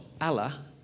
Allah